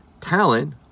talent